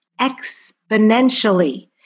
exponentially